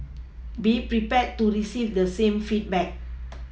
be prepared to receive the same feedback